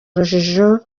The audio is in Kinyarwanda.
rujijo